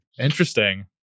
Interesting